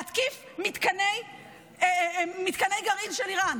הזדמנות להתקיף מתקני גרעין של איראן.